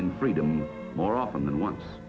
in freedom more often than once